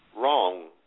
wrong